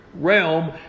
realm